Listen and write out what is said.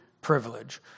privilege